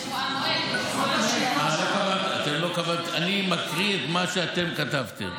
אני מקריא את מה שאתם כתבתם.